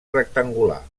rectangular